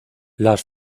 las